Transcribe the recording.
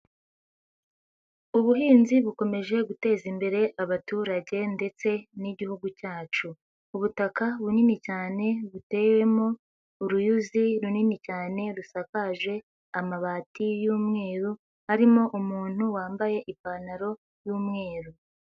Ubuhinzi bukomeje guteza imbere abaturage ndetse n'igihugu cyacu, ubutaka bunini cyane butewemo uruyuzi runini cyane rusakaje amabati y'umweru arimo umuntu wambaye ipantaro y'umweru.